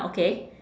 okay